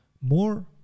more